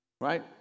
right